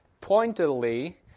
pointedly